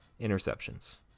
interceptions